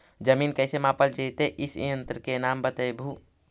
जमीन कैसे मापल जयतय इस यन्त्र के नाम बतयबु?